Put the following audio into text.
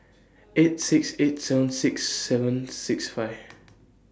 eight six eight seven six seven six five